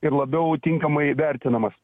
ir labiau tinkamai vertinamas